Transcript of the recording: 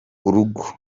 urugo